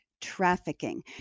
Trafficking